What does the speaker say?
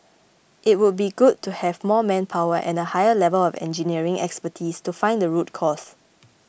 it would be good to have more manpower and a higher level of engineering expertise to find the root cause